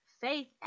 Faith